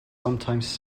sometimes